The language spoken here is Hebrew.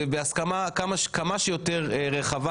ובהסמכה כמה שיותר רחבה,